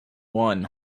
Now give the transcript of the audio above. one